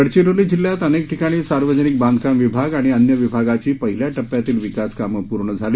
गडचिरोली जिल्ह्यात अनेक ठिकाणी सार्वजनिक बांधकाम विभाग व अन्य विभागाची पहिल्या टप्प्यातील विकास कामे पूर्ण झाली